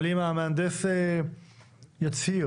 אבל אם המהנדס יצהיר,